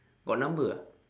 got number ah